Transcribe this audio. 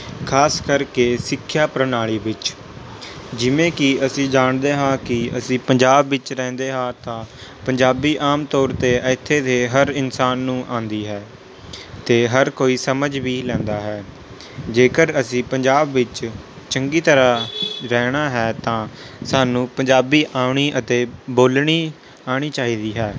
ਖਾਸ ਕਰਕੇ ਸਿੱਖਿਆ ਪ੍ਰਣਾਲੀ ਵਿੱਚ ਜਿਵੇਂ ਕਿ ਅਸੀਂ ਜਾਣਦੇ ਹਾਂ ਕਿ ਅਸੀਂ ਪੰਜਾਬ ਵਿੱਚ ਰਹਿੰਦੇ ਹਾਂ ਤਾਂ ਪੰਜਾਬੀ ਆਮ ਤੌਰ 'ਤੇ ਇੱਥੇ ਦੇ ਹਰ ਇਨਸਾਨ ਨੂੰ ਆਉਂਦੀ ਹੈ ਅਤੇ ਹਰ ਕੋਈ ਸਮਝ ਵੀ ਲੈਂਦਾ ਹੈ ਜੇਕਰ ਅਸੀਂ ਪੰਜਾਬ ਵਿੱਚ ਚੰਗੀ ਤਰ੍ਹਾਂ ਰਹਿਣਾ ਹੈ ਤਾਂ ਸਾਨੂੰ ਪੰਜਾਬੀ ਆਉਣੀ ਅਤੇ ਬੋਲਣੀ ਆਉਣੀ ਚਾਹੀਦੀ ਹੈ